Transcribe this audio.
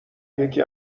یکی